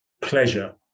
pleasure